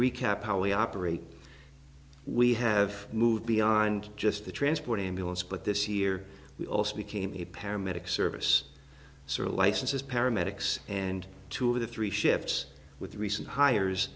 recap how we operate we have moved beyond just the transport ambulance but this year we also became a paramedic service sort of licenses paramedics and two of the three shifts with recent